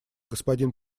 господин